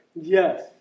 Yes